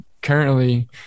currently